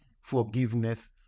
forgiveness